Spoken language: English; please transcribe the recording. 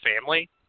family